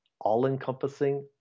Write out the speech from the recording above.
all-encompassing